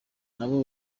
nabo